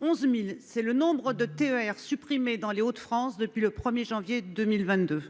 11000 c'est le nombre de TER supprimés dans les Hauts-de-France depuis le 1er janvier 2022.